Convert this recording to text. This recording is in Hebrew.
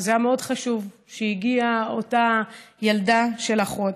וזה היה מאוד חשוב שהגיעה אותה ילדה של האחות,